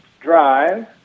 Drive